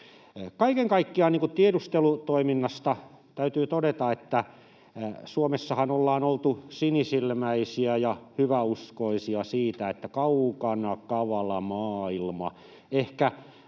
Kaiken kaikkiaan tiedustelutoiminnasta täytyy todeta, että Suomessahan ollaan oltu sinisilmäisiä ja hyväuskoisia — kaukana kavala maailma. Ehkä